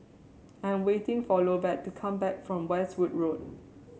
I am waiting for Lovett to come back from Westwood Road